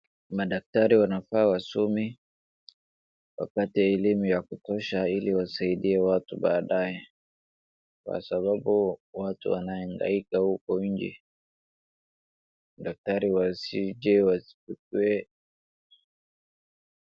Madaktari wanafaa wasome wapate elimu ya kutosha ili wasaidie watu baadae. Kwa sababu, watu wanahangaika huko nje, daktari wasije wasikuwe...